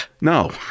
No